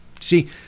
See